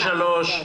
ו-(3).